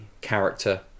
character